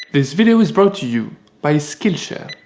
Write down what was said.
this video is brought to you by skillshare.